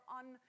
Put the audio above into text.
on